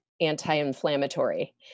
anti-inflammatory